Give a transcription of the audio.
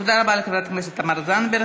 תודה רבה לחברת הכנסת תמר זנדברג.